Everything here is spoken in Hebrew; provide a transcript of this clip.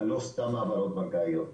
אבל לא סתם העברות בנקאיות.